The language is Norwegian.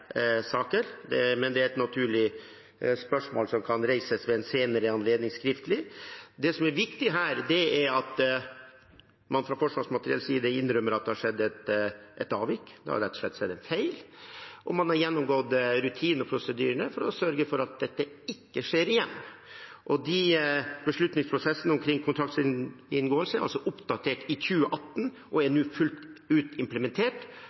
saker, men det er et naturlig spørsmål, som kan reises skriftlig ved en senere anledning. Det som er viktig her, er at man fra Forsvarsmateriells side innrømmer at det har skjedd et avvik, det har rett og slett skjedd en feil, og man har gjennomgått rutiner og prosedyrer for å sørge for at dette ikke skjer igjen. Beslutningsprosessene omkring kontraktsinngåelser er oppdatert i 2018 og er nå fullt ut implementert,